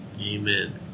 amen